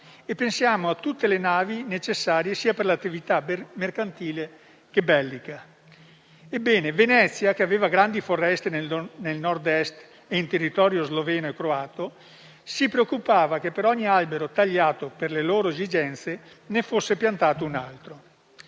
e pensiamo a tutte le navi necessarie per l'attività sia mercantile sia bellica. Ebbene, Venezia, che aveva grandi foreste nel Nord-Est e in territorio sloveno e croato, si preoccupava che, per ogni albero tagliato per le proprie esigenze, ne fosse piantato un altro.